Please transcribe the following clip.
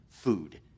food